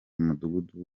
mudugudu